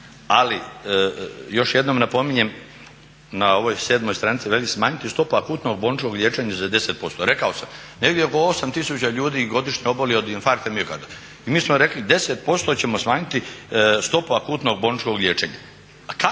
Ali još jednom napominjem na ovoj sedmoj stranici veli smanjiti stopu akutnog bolničkog liječenja za 10%. Rekao sam, negdje oko 8000 ljudi godišnje oboli od infarkta miokarda i mi smo rekli 10% ćemo smanjiti stopu akutnog bolničkog liječenja.